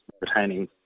retaining